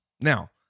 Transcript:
Now